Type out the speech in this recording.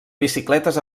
bicicletes